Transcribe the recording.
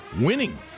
winning